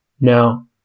Now